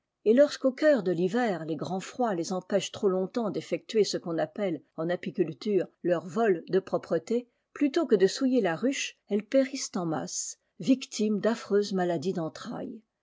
et lorsqu'au cœur de l'hiver les grands froids les empêchent trop longtemps d'effectuer ce qu'on appelle en apiculture leur vol de propreté plutôt que de souiller la ruche elles périssent en masse victimes d'affreuses maladies d'entrailles